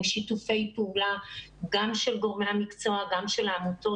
שיתופי פעולה גם של גורמי המקצוע וגם של העמותות,